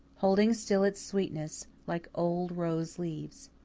holding still its sweetness like old rose leaves.